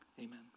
Amen